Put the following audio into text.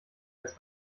als